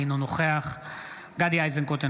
אינו נוכח גדי איזנקוט,